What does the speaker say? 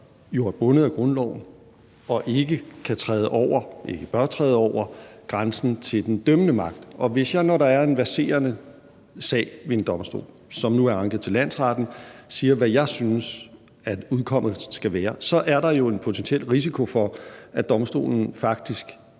er bundet af grundloven og ikke bør træde over grænsen til den dømmende magt. Og hvis jeg, når der er en verserende sag ved en domstol, som nu er anket til landsretten, siger, hvad jeg synes at udkommet skal være, så er der jo en potentiel risiko for, at domstolen faktisk